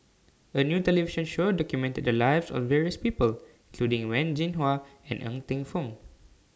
A New television Show documented The Lives of various People including Wen Jinhua and Ng Teng Fong